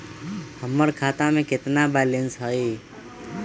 हमर खाता में केतना बैलेंस हई?